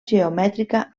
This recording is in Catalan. geomètrica